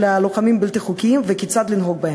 הלוחמים הבלתי-חוקיים וכיצד לנהוג בהם.